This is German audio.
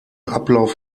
ablauf